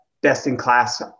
best-in-class